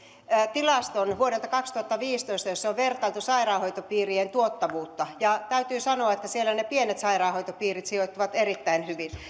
tilaston vuodelta kaksituhattaviisitoista jossa on vertailtu sairaanhoitopiirien tuottavuutta täytyy sanoa että siellä ne pienet sairaanhoitopiirit sijoittuvat erittäin hyvin